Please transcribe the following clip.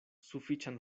sufiĉan